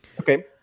Okay